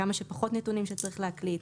כמה שפחות נתונים שצריך להקליד,